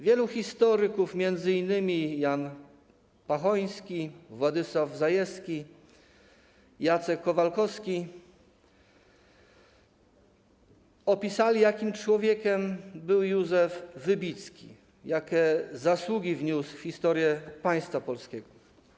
Wielu historyków, m.in. Jan Pachoński, Władysław Zajewski, Jacek Kowalkowski, opisało, jakim człowiekiem był Józef Wybicki, jakie zasługi wniósł w historię państwa polskiego.